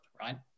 right